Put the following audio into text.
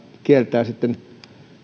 kieltää sitten